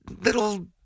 little